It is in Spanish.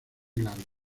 largas